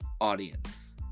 audience